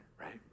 right